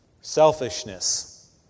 selfishness